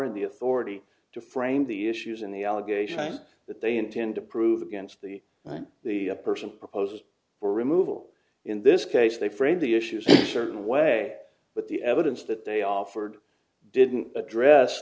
of the authority to frame the issues and the allegation that they intend to prove against the the person proposed for removal in this case they framed the issues a certain way but the evidence that they offered didn't address